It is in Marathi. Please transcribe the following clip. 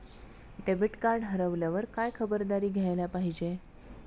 डेबिट कार्ड हरवल्यावर काय खबरदारी घ्यायला पाहिजे?